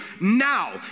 now